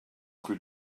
rue